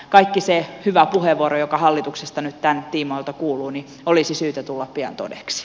kaiken sen hyvän puheenvuoron joka hallituksesta nyt tämän tiimoilta kuuluu olisi syytä tulla pian todeksi